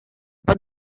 pot